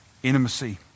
intimacy